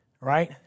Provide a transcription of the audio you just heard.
Right